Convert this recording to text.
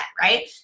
right